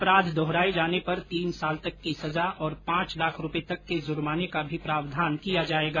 अपराध दोहराये जाने पर तीन साल तक की सजा और पांच लाख रूपये तक के जुर्माने का प्रावधान किया जायेगा